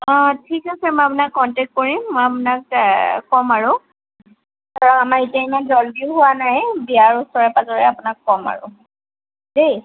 অঁ ঠিক আছে মই আপোনাক কনটেক কৰিম মই আপোনাক কম আৰু আমাৰ এতিয়া ইমান জলদিও হোৱা নাই বিয়াৰ ওচৰে পাজৰে আপোনাক কম আৰু দেই